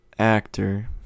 Actor